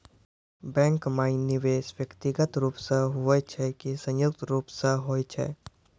Bank माई निवेश व्यक्तिगत रूप से हुए छै की संयुक्त रूप से होय छै?